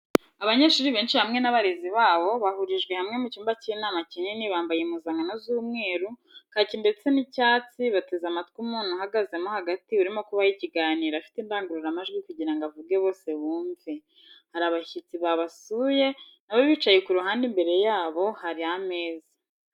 Abanyeshuri benshi hamwe n'abarezi babo bahurijwe hamwe mu cyumba cy'inama kinini bambaye impuzankano z'umweru, kaki ndetse n'icyatsi bateze amatwi umuntu uhagazemo hagati urimo kubaha ikiganiro afite indangururamajwi kugirango avuge bose bumve , hari abashyitsi babasuye nabo bicaye ku ruhande imbere yabo hari ameza.